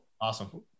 awesome